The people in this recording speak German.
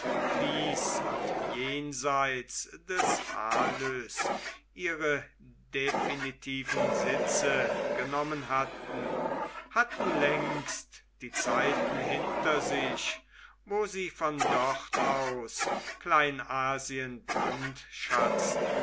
dies und jenseits des halys ihre definitiven sitze genommen hatten hatten längst die zeiten hinter sich wo sie von dort aus kleinasien brandschatzten